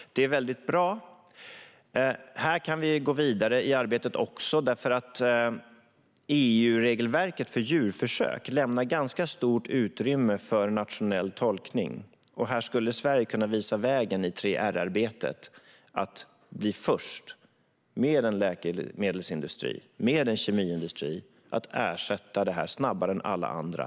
Det är väldigt bra. Här kan vi också gå vidare i arbetet. EU-regelverket för djurförsök lämnar ganska stort utrymme för nationell tolkning. Här skulle Sverige kunna visa vägen i 3R-arbetet och bli först med en läkemedelsindustri och kemiindustri som ersätter djurförsök snabbare än alla andra.